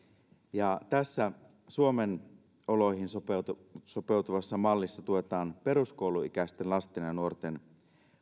tässä suomen oloihin sopeutuvassa sopeutuvassa mallissa tuetaan peruskouluikäisten lasten ja nuorten